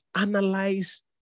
analyze